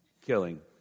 killing